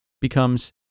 Becomes